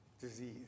disease